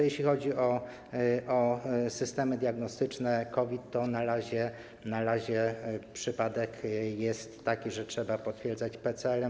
Jeśli chodzi o systemy diagnostyczne COVID, to na razie przypadek jest taki, że trzeba to potwierdzać PESEL-em.